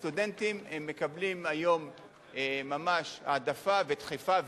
הסטודנטים מקבלים היום העדפה ודחיפה,